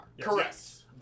Correct